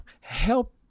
help